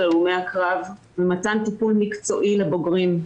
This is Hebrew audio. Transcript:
הלומי הקרב ומתן טיפול מקצועי לבוגרים.